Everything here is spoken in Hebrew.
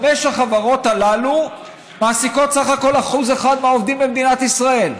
וחמש החברות הללו מעסיקות בסך הכול 1% מהעובדים במדינת ישראל.